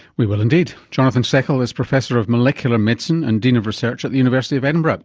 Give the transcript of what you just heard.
we will indeed. jonathan seckl is professor of molecular medicine and dean of research at the university of edinburgh.